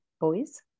boys